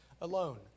alone